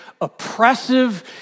oppressive